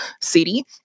city